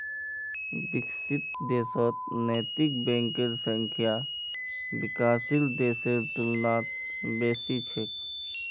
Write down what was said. विकसित देशत नैतिक बैंकेर संख्या विकासशील देशेर तुलनात बेसी छेक